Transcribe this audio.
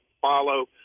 follow